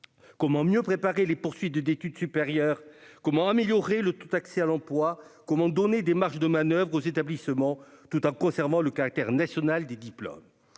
Comment mieux préparer la poursuite des études dans le supérieur ? Comment améliorer le taux d'accès à l'emploi ? Et comment donner des marges de manoeuvre aux établissements, tout en conservant le caractère national des diplômes ?